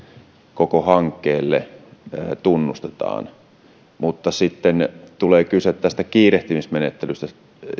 koko hankkeelle tunnustetaan mutta sitten tulee kyse tästä kiirehtimismenettelystä